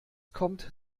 kommt